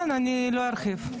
כן אני לא ארחיב,